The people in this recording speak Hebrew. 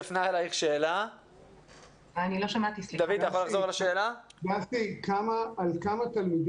ממה שאני ראיתי מהנתונים